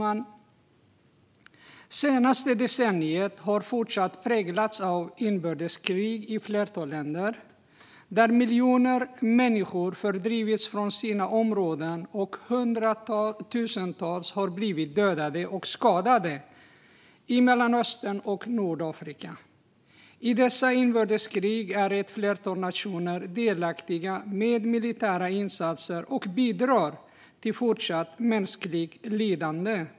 Det senaste decenniet har fortsatt att präglas av inbördeskrig i ett flertal länder, där miljoner människor har fördrivits från sina områden och hundratusentals har blivit dödade och skadade i Mellanöstern och Nordafrika. I dessa inbördeskrig är ett flertal nationer delaktiga med militära insatser och bidrar till fortsatt mänskligt lidande.